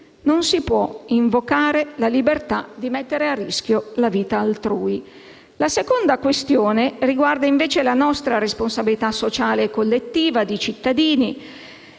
Non si può invocare la libertà di mettere a rischio la vita altrui. La seconda questione riguarda, invece, la nostra responsabilità sociale e collettiva di cittadini: